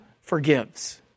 forgives